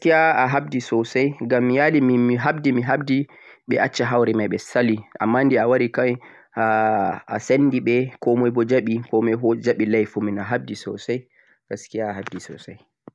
gaskiya' a haɓdi soosay ngam mi ya'li ɓe acca hawre may ɓe sali ammaa de a wari kaway ha a sendi ɓe ko may boo jaɓi fu jaɓi layfi mun a haɓdi soosay 'gaskiya' a haɓdi soosay.